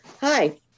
Hi